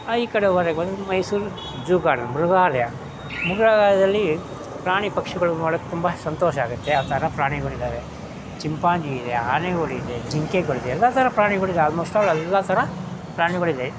ಈ ಕಡೆ ಹೊರಗೆ ಬಂದ್ರೆ ಮೈಸೂರು ಜೂ ಗಾರ್ಡನ್ ಮೃಗಾಲಯ ದಲ್ಲಿ ಪ್ರಾಣಿ ಪಕ್ಷಿಗಳು ನೋಡೋಕೆ ತುಂಬ ಸಂತೋಷ ಆಗುತ್ತೆ ಆ ಥರ ಪ್ರಾಣಿಗಳಿದ್ದಾವೆ ಚಿಂಪಾಂಜಿ ಇದೆ ಆನೆಗಳಿದೆ ಜಿಂಕೆಗಳಿದೆ ಎಲ್ಲ ಥರ ಪ್ರಾಣಿಗಳಿದೆ ಆಲ್ಮೋಸ್ಟ್ ಅಲ್ಲಿ ಎಲ್ಲ ಥರ ಪ್ರಾಣಿಗಳಿದೆ